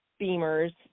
Beamers